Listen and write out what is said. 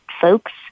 folks